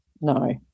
no